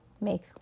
make